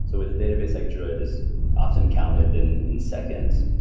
so with the database like druid is often counted and in seconds.